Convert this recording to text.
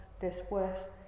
después